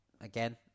again